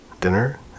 dinner